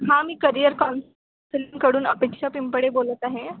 हां मी करिअर कौनसिलिंगकडून अपेक्षा पिंपडे बोलत आहे